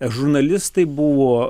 žurnalistai buvo